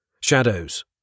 Shadows